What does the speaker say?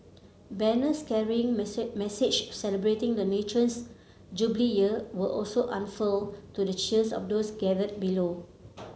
banners carrying message celebrating the nation's Jubilee Year were also unfurled to the cheers of those gathered below